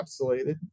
encapsulated